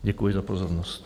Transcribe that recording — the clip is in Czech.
Děkuji za pozornost.